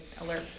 alert